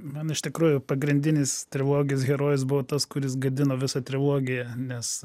man iš tikrųjų pagrindinis trilogijos herojus buvo tas kuris gadino visą trilogiją nes